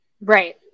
right